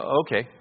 okay